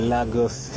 Lagos